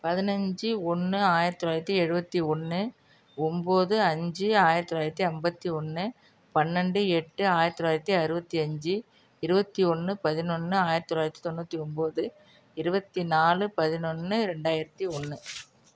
பதினஞ்சி ஒன்று ஆயிரத்தி தொளாயிரத்தி எழுபத்தி ஒன்று ஒம்பது அஞ்சு ஆயிரத்தி தொளாயிரத்தி ஐம்பத்தி ஒன்று பன்னெண்டு எட்டு ஆயிரத்தி தொளாயிரத்தி அறுபத்தி அஞ்சு இருபத்தி ஒன்று பதினொன்னு ஆயிரத்தி தொள்ளாயிரத்தி தொண்ணுற்றி ஒம்பது இருபத்தினாலு பதினொன்னு ரெண்டாயிரத்தி ஒன்று